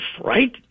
right